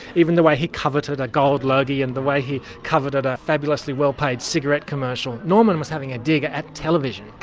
even the way he coveted a gold logie and the way he coveted a fabulously well-paid cigarette commercial. norman was having a dig at television.